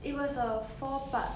it was a four part